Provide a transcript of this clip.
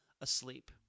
asleep